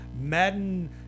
Madden